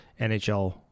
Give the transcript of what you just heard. NHL